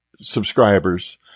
subscribers